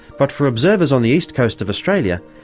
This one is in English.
but for observers on the east coast of australia,